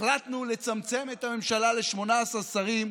החלטנו לצמצם את הממשלה ל-18 שרים,